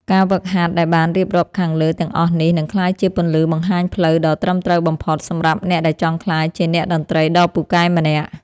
ការហ្វឹកហាត់ដែលបានរៀបរាប់ខាងលើទាំងអស់នេះនឹងក្លាយជាពន្លឺបង្ហាញផ្លូវដ៏ត្រឹមត្រូវបំផុតសម្រាប់អ្នកដែលចង់ក្លាយជាអ្នកតន្ត្រីដ៏ពូកែម្នាក់។